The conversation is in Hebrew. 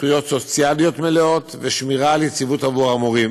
זכויות סוציאליות מלאות ושמירה על יציבות עבור המורים